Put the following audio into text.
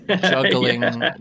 juggling